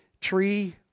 tree